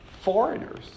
foreigners